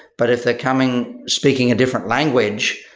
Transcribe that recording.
but if they're coming, speaking a different language,